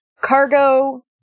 cargo